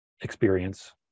experience